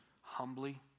humbly